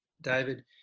David